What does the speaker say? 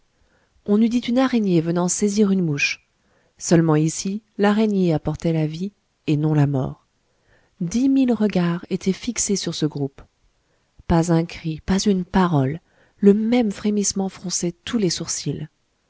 on eût dit une araignée venant saisir une mouche seulement ici l'araignée apportait la vie et non la mort dix mille regards étaient fixés sur ce groupe pas un cri pas une parole le même frémissement fronçait tous les sourcils